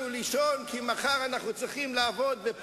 אתה צריך,